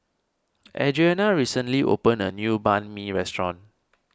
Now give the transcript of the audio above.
Adrianna recently opened a new Banh Mi restaurant